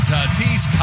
Tatis